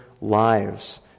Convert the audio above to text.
lives